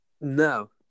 No